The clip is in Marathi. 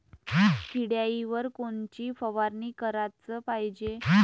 किड्याइवर कोनची फवारनी कराच पायजे?